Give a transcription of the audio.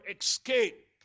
escape